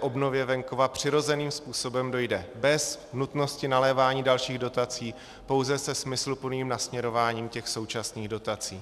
obnově venkova přirozeným způsobem dojde bez nutnosti nalévání dalších dotací, pouze se smysluplným nasměrováním těch současných dotací.